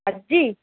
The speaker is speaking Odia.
ଆଜି